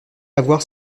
avoir